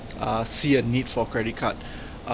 uh see a need for credit card